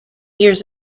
years